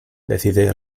decide